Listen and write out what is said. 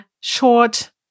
short